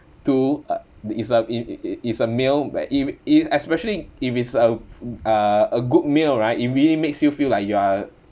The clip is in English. to uh the is a if if if is a meal b~ if is if especially if it's a f~ uh a good meal right it really makes you feel like you are